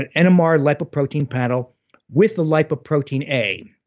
and and nmr lipoprotein panel with lipoprotein a.